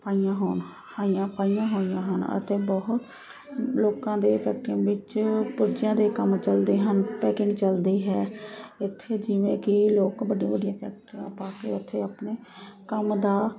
ਪਾਈਆਂ ਹੋਣ ਹਾਈਆਂ ਪਾਈਆਂ ਹੋਈਆਂ ਹਨ ਅਤੇ ਬਹੁਤ ਲੋਕਾਂ ਦੇ ਫੈਕਟਰੀਆਂ ਵਿੱਚ ਦੇ ਕੰਮ ਚਲਦੇ ਹਨ ਪੈਕਿੰਗ ਚਲਦੀ ਹੈ ਇੱਥੇ ਜਿਵੇਂ ਕਿ ਲੋਕ ਵੱਡੀਆਂ ਵੱਡੀਆਂ ਫੈਕਟਰੀਆਂ ਪਾ ਕੇ ਉੱਥੇ ਆਪਣੇ ਕੰਮ ਦਾ